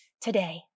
today